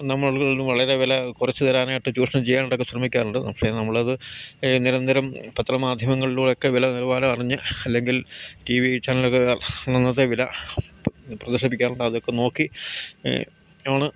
നമ്മളിൽനിന്ന് വളരെ വില കുറച്ച് തരാനായിട്ട് ചൂഷണം ചെയ്യാനായിട്ടൊക്കെ ശ്രമിക്കാറുണ്ട് പക്ഷെ നമ്മളത് നിരന്തരം പത്രമാധ്യമങ്ങളിലൂടെയൊക്കെ വില നിലവാരം അറിഞ്ഞ് അല്ലെങ്കിൽ ടി വി ചാനലൊക്കെ അന്നന്നത്തെ വില പ്രദർശിപ്പിക്കാറുണ്ട് അതൊക്കെ നോക്കി ആണ്